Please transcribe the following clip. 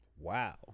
Wow